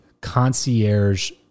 concierge